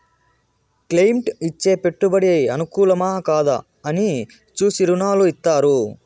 client ఇచ్చే పెట్టుబడి అనుకూలమా, కాదా అని చూసి రుణాలు ఇత్తారు